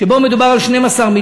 שבו מדובר על 12 מיליון,